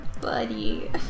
buddy